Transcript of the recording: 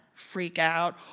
freak out.